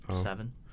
Seven